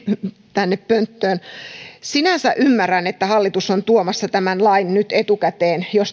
tänne pönttöön sinänsä ymmärrän että hallitus on tuomassa tämän lain nyt etukäteen jos